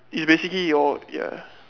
it's basically your ya